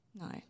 No